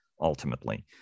ultimately